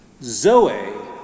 Zoe